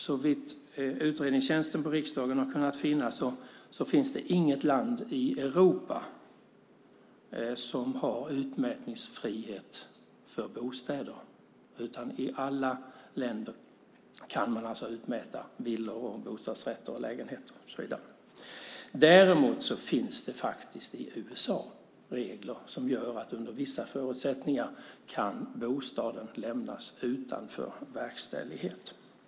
Såvitt utredningstjänsten i riksdagen har kunnat finna finns det inget land i Europa som har utmätningsfrihet när det gäller bostäder, utan i alla länder man kan utmäta villor, lägenheter och bostadsrätter. Däremot finns det i USA regler som gör att bostaden under vissa förutsättningar kan lämnas utanför verkställighet.